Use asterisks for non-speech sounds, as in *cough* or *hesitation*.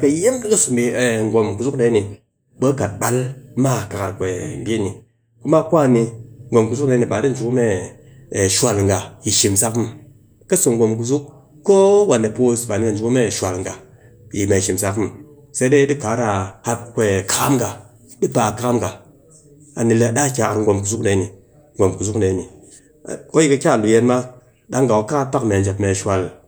ka yem dika so mee *hesitation* gwom kuzuk dee ni bee ka kat bal ma kakar *hesitation* bii ni. kuma kwani gwom kuzuk dee ba ɗi ji mee *hesitation* shwal yi ngha yi shimsak muw, ka so gwom kuzuk kowane ba ɗi ji ku mee shwal ngha yi mee shimsak muw. sai dai ɗi kara a *hesitation* kakam ngha. ɗi pe kakam ngha. A ni le daa kyakar gwom kuzuk ni, gwom kuzuk dee ni. ko yi ka kia lu-yen ma ɗang ngha ku pak mee jep mee *hesitation* shwal